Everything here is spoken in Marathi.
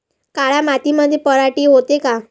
काळ्या मातीमंदी पराटी होते का?